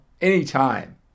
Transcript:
anytime